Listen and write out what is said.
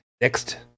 next